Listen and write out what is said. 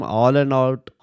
all-and-out